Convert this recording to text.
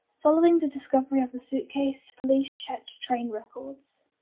following the discovery of the suitcase, police checked train records.